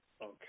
Okay